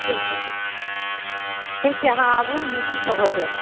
ठीक छै ठीक छै अहाँ आबू मिलू सभ हो जेतै